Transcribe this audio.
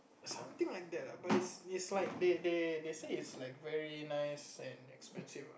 something like that lah but is is like they they they say it's like very nice and expensive lah